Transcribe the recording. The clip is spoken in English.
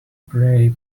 pray